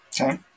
Okay